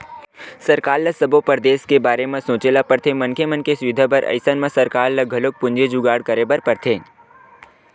सरकार ल सब्बो परदेस के बारे म सोचे ल परथे मनखे मन के सुबिधा बर अइसन म सरकार ल घलोक पूंजी जुगाड़ करे बर परथे